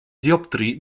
dioptrii